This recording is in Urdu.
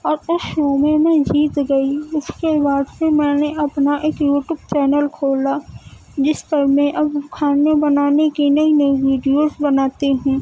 اور اس شو میں میں جیت گئی اس کے بعد پھر میں نے اپنا ایک یوٹوب چینل کھولا جس پر میں اب کھانے بنانے کی نئی نئی ویڈیوز بناتی ہوں